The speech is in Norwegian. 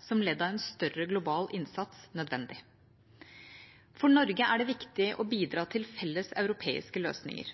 som ledd i en større global innsats nødvendig. For Norge er det viktig å bidra til felles europeiske løsninger.